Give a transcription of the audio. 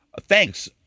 thanks